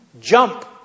jump